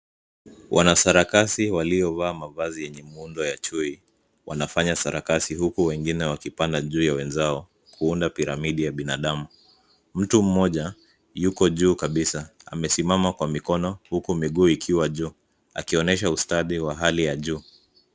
Wanasarakasi waliyovaa mavazi yenye muundo ya chui wanafanya sarakasi huku wengine wakipanda juu ya wenzao, kuunda piramidi ya binadamu. Mtu mmoja yuko juu kabisa, amesimama kwa mikono huku miguu ikiwa juu, akionyesha ustadi wa hali ya juu.